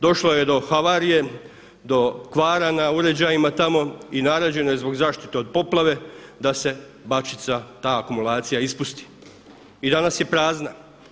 Došlo je do havarije, do kvara na uređajima tamo i naređeno je zbog zaštite od poplave da se Bačvica ta akumulacija ispusti i danas je prazna.